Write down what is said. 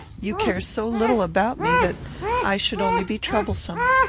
you care so little about me that i should only be troublesome.